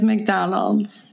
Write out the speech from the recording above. McDonald's